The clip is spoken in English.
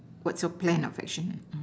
what's your plan of action